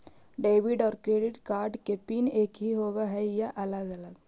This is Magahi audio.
डेबिट और क्रेडिट कार्ड के पिन एकही होव हइ या अलग अलग?